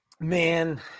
Man